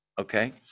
Okay